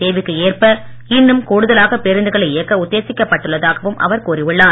தேவைக்கேற்ப இன்னும் கூடுதலாக பேருந்துகளை இயக்க உத்தேசிக்கப்பட்டுள்ளதாகவும் அவர் கூறி உள்ளார்